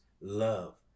love